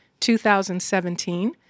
2017